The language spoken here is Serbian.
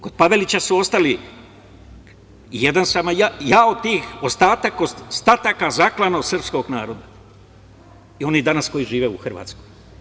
Kod Pavelića su ostali, jedan sam ja od tih, ostataka zaklanog srpskog naroda, oni koji danas žive u Hrvatskoj.